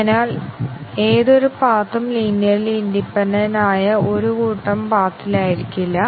അത് സത്യവും തെറ്റായതുമായ മൂല്യങ്ങൾ കൈവരിക്കുമ്പോൾ മറ്റുള്ളവ നിരന്തരമായ ട്രൂ മൂല്യങ്ങൾ കൈവശം വയ്ക്കുന്നു